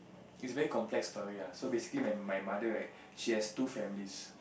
it's very complex story ah so basically my my mother right she has two families